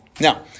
Now